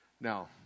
Now